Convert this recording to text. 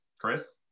Chris